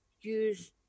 use